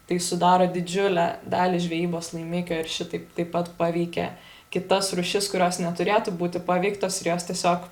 tai sudaro didžiulę dalį žvejybos laimikio ir šitaip taip pat paveikia kitas rūšis kurios neturėtų būti paveiktos ir jos tiesiog